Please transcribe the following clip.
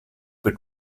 been